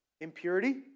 impurity